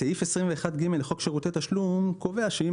סעיף 21(ג) לחוק שירותי תשלום קובע שאם